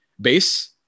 base